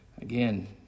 Again